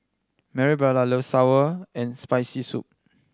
Marybelle loves sour and Spicy Soup